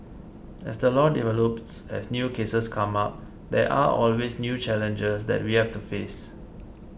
as the law develops as new cases come up there are always new challenges that we have to face